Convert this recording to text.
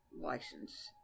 license